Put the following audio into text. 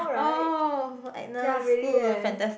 oh Agnes good fantastic